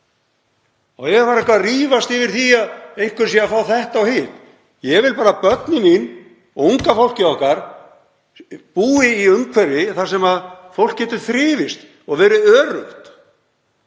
Á ég að fara að rífast yfir því að einhver sé að fá þetta og hitt? Ég vil að börnin mín og unga fólkið okkar búi í umhverfi þar sem fólk getur þrifist og verið öruggt.